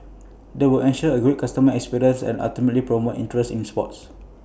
they will ensure A great customer experience and ultimately promote interest in sports